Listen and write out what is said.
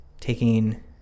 taking